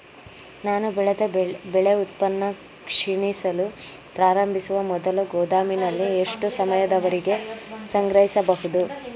ನಾನು ಬೆಳೆದ ಬೆಳೆ ಉತ್ಪನ್ನ ಕ್ಷೀಣಿಸಲು ಪ್ರಾರಂಭಿಸುವ ಮೊದಲು ಗೋದಾಮಿನಲ್ಲಿ ಎಷ್ಟು ಸಮಯದವರೆಗೆ ಸಂಗ್ರಹಿಸಬಹುದು?